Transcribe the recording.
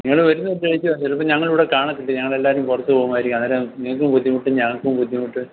നിങ്ങൾ വരുന്നത് ചിലപ്പം ഞങ്ങൾ ഇവിടെ കാണില്ല ഞങ്ങൾ എല്ലാവരും പുറത്ത് പോകുമായിരിക്കും അന്നേരം നിങ്ങൾക്കും ബുദ്ധിമുട്ട് ഞങ്ങൾക്കും ബുദ്ധിമുട്ട്